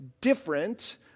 different